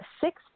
sixth